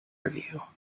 review